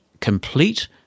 complete